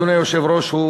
אדוני היושב-ראש,